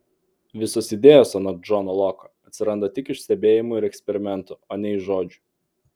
visos idėjos anot džono loko atsiranda tik iš stebėjimų ir eksperimentų o ne iš žodžių